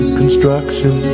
construction